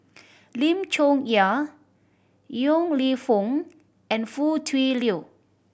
Lim Chong Yah Yong Lew Foong and Foo Tui Liew